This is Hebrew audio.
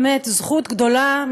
באמת זכות גדולה,